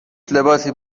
لباسی